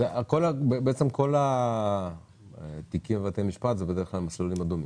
כל התיקים בבתי משפט זה בדרך מסלולים אדומים.